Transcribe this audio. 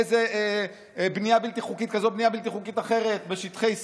איזו בנייה בלתי חוקית כזאת או בנייה בלתי חוקית אחרת בשטחי C,